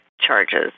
charges